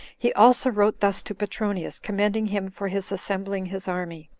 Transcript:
he also wrote thus to petronius, commending him for his assembling his army,